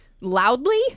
loudly